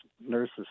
nurse's